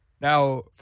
Now